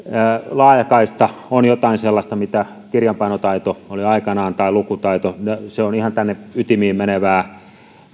laajakaista on jotain sellaista mitä kirjapainotaito tai lukutaito oli aikanaan se on ihan ytimiin menevää